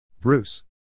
Bruce